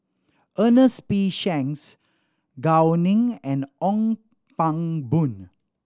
Ernest P Shanks Gao Ning and Ong Pang Boon